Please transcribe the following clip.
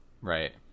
Right